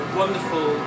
wonderful